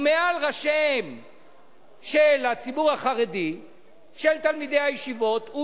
של עמוס עוז, ששם